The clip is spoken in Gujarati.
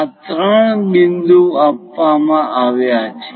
આ ત્રણ બિંદુ આપવામાં આવ્યા છે